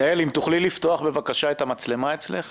יעל, אם תוכלי לפתוח, בבקשה, את המצלמה אצלך.